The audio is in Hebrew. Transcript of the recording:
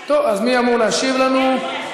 טוב, מי אמור להשיב לנו?